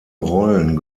rollen